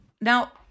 Now